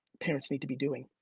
parents need to be doing.